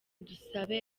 dusabe